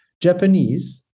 Japanese